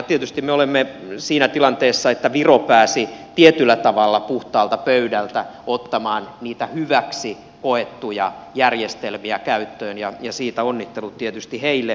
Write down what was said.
tietysti me olemme siinä tilanteessa että viro pääsi tietyllä tavalla puhtaalta pöydältä ottamaan niitä hyväksi koettuja järjestelmiä käyttöön ja siitä onnittelut tietysti heille